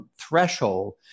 threshold